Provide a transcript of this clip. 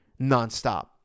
nonstop